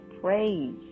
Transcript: praise